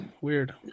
weird